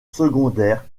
secondaire